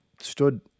stood